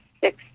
six